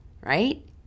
right